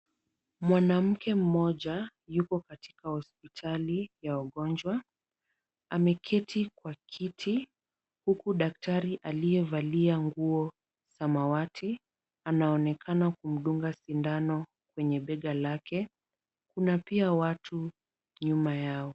Mwanamke mmoja yuko katika hospitali ya wagonjwa. Ameketi kwa kiti huku daktari aliyevalia nguo samawati anaonekana kumdunga sindano kwenye bega lake. Kuna pia watu nyuma yao.